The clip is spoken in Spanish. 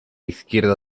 izquierda